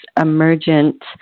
emergent